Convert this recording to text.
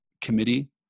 committee